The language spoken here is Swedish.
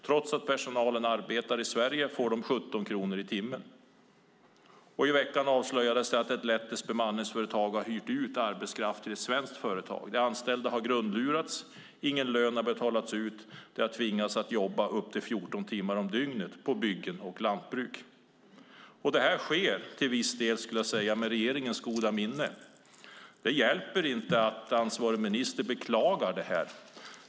Trots att personalen arbetar i Sverige får de 17 kronor i timmen. I veckan avslöjades att ett lettiskt bemanningsföretag har hyrt ut arbetskraft till ett svenskt företag. De anställda har grundlurats. Ingen lön har betalats ut. De har tvingats att jobba upp till 14 timmar om dygnet på byggen och i lantbruk. Det här sker till viss del med regeringens goda minne. Det hjälper inte att ansvarig minister beklagar det.